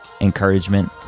encouragement